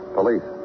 police